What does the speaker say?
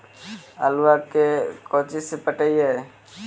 आलुआ के कोचि से पटाइए?